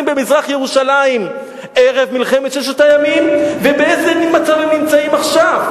במזרח-ירושלים ערב מלחמת ששת הימים ובאיזה מצב הם נמצאים עכשיו?